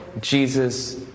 Jesus